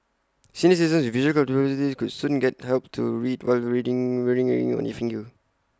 senior citizens with visual disabilities could soon get help to read while reading wearing A ring on their finger